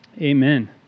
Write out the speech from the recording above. Amen